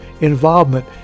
involvement